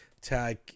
Tag